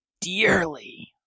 dearly